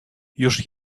już